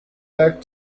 back